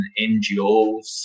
NGOs